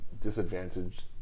disadvantaged